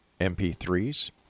MP3s